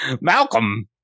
Malcolm